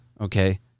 okay